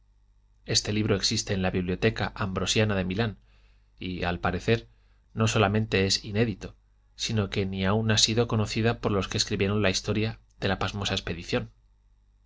este libro existe en la bibloteca ambrosiana de milán y al parecer no solamente es inédito sino que ni aun ha sido conocido por los que escribieron la historia de la pasmosa expedición